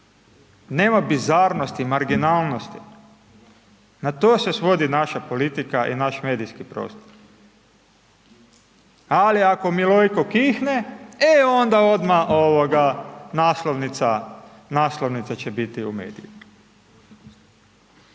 nema bizarnosti, marginalnosti, na to se svodi naša politika i naš medijski prostor. Ali ako Milojko kihne, e onda odmah ovoga, naslovnica, će biti u medijima.